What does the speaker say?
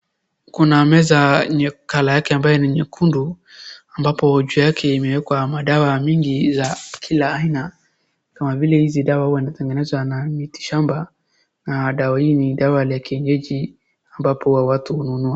Kuna meza colour yake ambayo ni nyekundu, ambapo juu yake imewekwa madawa mingi ya kila aina, kama vile hizi dawa huwa zinatengenezwa na mitishamba, na dawa hii ni dawa la kienyeji, ambapo huwa watu hununua.